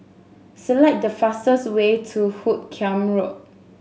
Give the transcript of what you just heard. select the fastest way to Hoot Kiam Road